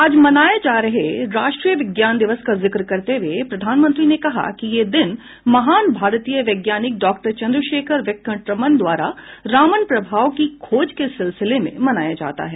आज मनाये जा रहे राष्ट्रीय विज्ञान दिवस का जिक्र करते हुए प्रधानमंत्री ने कहा कि यह दिन महान भारतीय वैज्ञानिक डॉक्टर चन्द्रशेखर वेंकट रामन द्वारा रामन प्रभाव की खोज के सिलसिले में मनाया जाता है